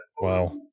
Wow